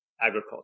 agriculture